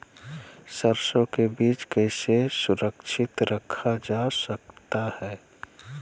सरसो के बीज कैसे सुरक्षित रखा जा सकता है?